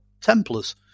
Templars